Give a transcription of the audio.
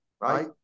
right